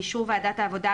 באישור ועדת העבודה,